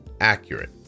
accurate